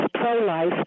pro-life